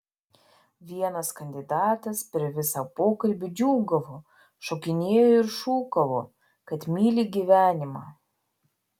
vienas kandidatas per visą pokalbį džiūgavo šokinėjo ir šūkavo kad myli gyvenimą